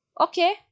okay